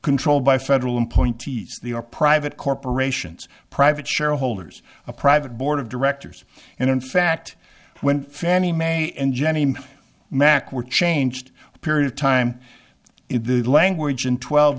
control by federal and point ts they are private corporations private shareholders a private board of directors and in fact when fannie mae and jenny mack were changed a period of time in the language in twelve